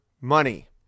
money